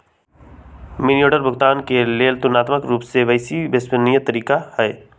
money order भुगतान के लेल ततुलनात्मक रूपसे बेशी विश्वसनीय तरीका हइ